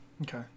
Okay